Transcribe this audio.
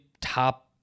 top